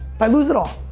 if i lose it all.